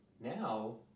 Now